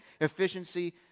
efficiency